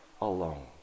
alone